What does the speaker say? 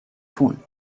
tun